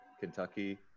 Kentucky